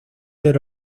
del